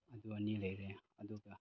ꯑꯗꯨ ꯑꯅꯤ ꯂꯩꯔꯦ ꯑꯗꯨꯒ